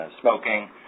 smoking